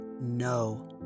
no